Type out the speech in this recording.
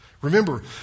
Remember